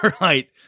right